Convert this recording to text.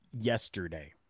yesterday